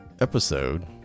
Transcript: episode